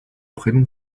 prénom